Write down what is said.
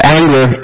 anger